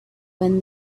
when